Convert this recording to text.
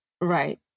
Right